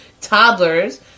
toddlers